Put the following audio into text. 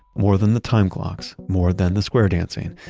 more than the time clocks, more than the square dancing,